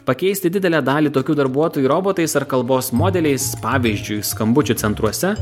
pakeisti didelę dalį tokių darbuotojų robotais ar kalbos modeliais pavyzdžiui skambučių centruose